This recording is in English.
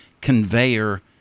conveyor